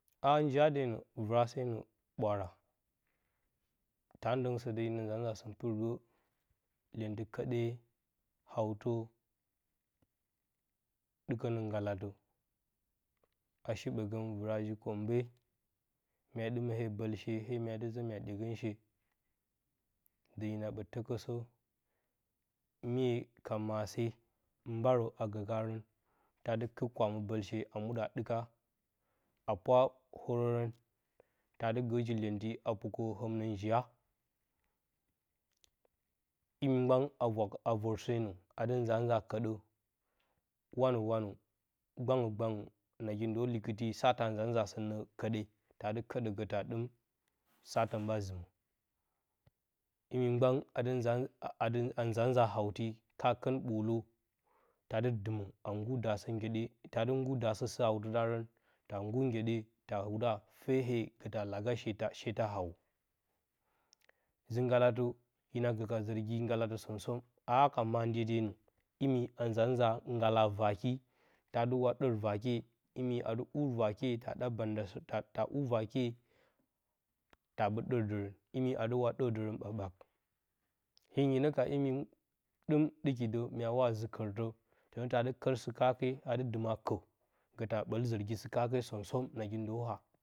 A njiya denə, vɨrasenə ɓwaara, taa ndəng sədə hina nzaa nza sən pɨrgə lyentɨ kəɗe, hawtə ka ngalatə. A shi ɓəgəng vɨraa ji kombe, mya ɗɨm hee bəlshe, hee mya dɨ zə mya ɗyegən she də hina ɓə təkəsə. Mye ka maase mbarə a gə karən, ta dɨ kɨr mwamɨ bəlshe a muɗa ɗɨka, a pwa hororən, ta dɨ gəə ji lyenti a pukə həmɨ njiya. Imi mgban a vwa a vorsenə, `ye nzaa nza kəɗə, wanə wanə, gbangə gbangə, nagi ndo likɨti sa ta nzaa nza sən nə kəɗe. Ta dɨ kəɗə gə ta ɗɨm sa tən ɓa zɨmə. Imi mgban adɨ nzaa a nzaa a nzaa hawti, ka kən ɓwolə, ta dɨ dɨmə a ngur dasə ngyeɗe, ta dɨ ngur daasə sɨ hawtɨ darən, ta ngur ngyede ta wuda fehee ta lagashe shi ta hawə. Jingalatə, hina gə ka zərgi ngalatə som som. A haka mandye denə imi a nzaa nza ngala vaki ta dɨwa ɗor vakye, imi a dɨ ur vakye a ɗa bandasə ta ta ur vakye ta ɓə ɗor dərən, imi a dɨ wa ɗər dərən ɓak ɓak. imi nə ka imi ɗɨm ɗɨki də mya wa a zu kərtə, tənən ta dɨ kər sɨkaake, a dɨ dɨma kə, gə ta ɓəl zərgi sɨkaake som som nagi ndoha.